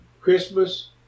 Christmas